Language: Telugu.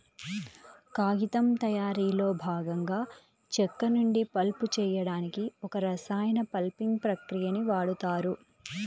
కాగితం తయారీలో భాగంగా చెక్క నుండి పల్ప్ చేయడానికి ఒక రసాయన పల్పింగ్ ప్రక్రియని వాడుతారు